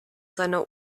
seiner